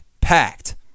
Packed